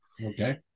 Okay